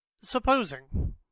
Supposing